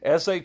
SH